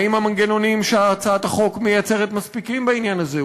האם המנגנונים שהצעת החוק מייצרת מספיקים בעניין הזה?